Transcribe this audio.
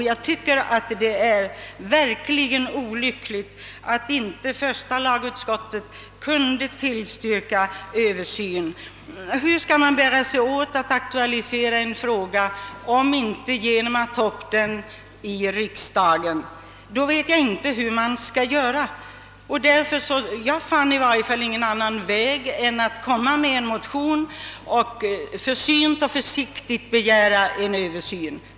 Jag finner det därför synnerligen olyckligt att inte första lagutskottet kunde tillstyrka begäran om en översyn av lagstiftningen. Hur skall man för övrigt bära sig åt för att aktualisera en fråga som denna om inte genom att ta upp den i riksdagen? Jag fann i varje fall ingen annan väg än att väcka en motion, där jag försynt och försiktigt begär en översyn.